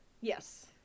Yes